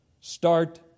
Start